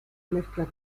mezcla